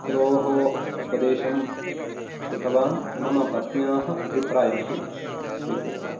गुरोः उपदेशं श्रुतवान् मम पत्न्याः अभिप्रायमपि स्वीकृतवान्